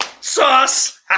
sauce